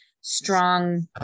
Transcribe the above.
strong